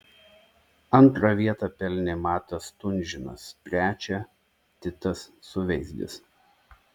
antrą vietą pelnė matas stunžinas trečią titas suveizdis